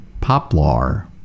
Poplar